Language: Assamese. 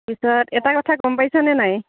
পিছত এটা কথা গম পাইছানে নাই